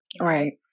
right